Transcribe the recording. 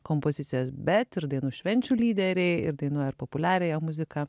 kompozicijas bet ir dainų švenčių lyderiai ir dainuoja ir populiariąją muziką